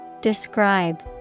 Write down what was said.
Describe